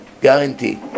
Guarantee